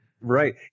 Right